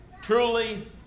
truly